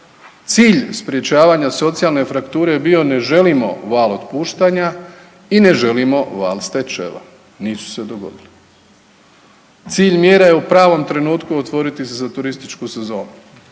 Cilj sprječavanja socijalne frakture je bio ne želimo val otpuštanja i ne želimo val stečajeva, nisu se dogodili. Cilj mjera je u pravom trenutku otvoriti se za turističku sezonu.